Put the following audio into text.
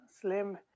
Slim